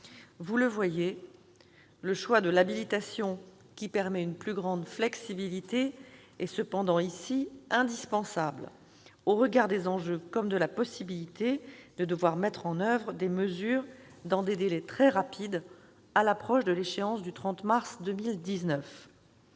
parlementaires, le choix de l'habilitation, qui permet une plus grande flexibilité, est cependant ici indispensable au regard des enjeux comme de la possibilité de devoir mettre en oeuvre des mesures dans des délais très rapides, à l'approche de l'échéance du 30 mars 2019.